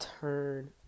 Turn